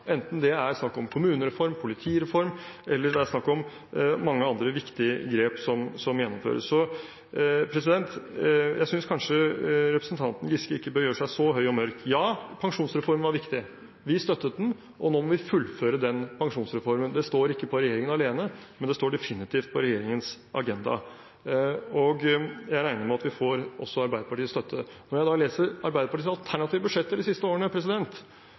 enten det er snakk om kommunereform, politireform eller det er snakk om mange andre viktige grep som gjennomføres. Jeg synes kanskje representanten Giske ikke bør gjøre seg så høy og mørk. Ja, pensjonsreformen var viktig. Vi støttet den, og nå må vi fullføre den pensjonsreformen. Det står ikke på regjeringen alene, men det står definitivt på regjeringens agenda. Jeg regner med at vi får også Arbeiderpartiets støtte. Når jeg leser Arbeiderpartiets alternative budsjetter de siste årene,